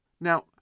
Now